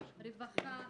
רווחה,